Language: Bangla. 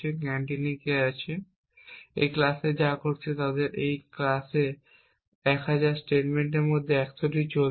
ক্যান্টিনে কে আছে এই ক্লাসে যা ঘটছে তাদের এই ক্লাসে 1000 স্টেটমেন্টের মধ্যে 100টি চলছে